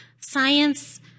science